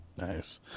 Nice